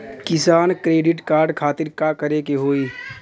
किसान credit card खातिर का करे के होई?